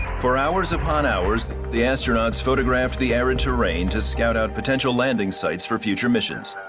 for hours upon hours, the astronauts photographed the arid terrain to scout out potential landing sites for future missions.